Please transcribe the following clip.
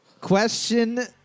Question